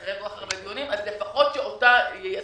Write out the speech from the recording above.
אחרי כל כך הרבה דיונים, אז שלפחות אותה יישמו.